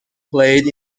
played